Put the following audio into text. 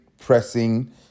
pressing